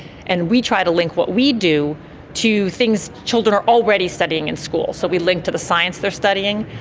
and we try to link what we do to things children are already studying in school. so we link to the science they're studying,